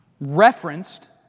referenced